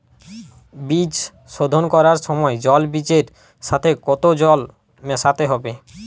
বীজ শোধন করার সময় জল বীজের সাথে কতো জল মেশাতে হবে?